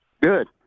Good